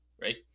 right